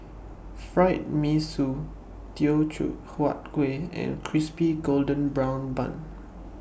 Fried Mee Sua Teochew Huat Kueh and Crispy Golden Brown Bun